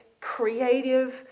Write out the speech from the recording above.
creative